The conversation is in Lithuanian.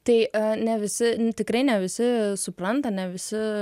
tai ne visi tikrai ne visi supranta ne visi